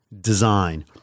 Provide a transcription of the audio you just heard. design